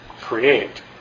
create